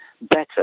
better